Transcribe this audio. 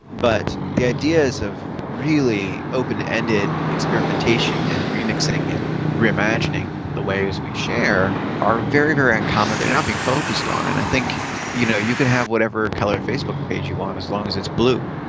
but the ideas of really open-ended experimentation and remixing and re-imagining the ways we share are very, very uncommon, they are not being focused on. and i think you know you could have whatever colour facebook page you want as long as it's blue.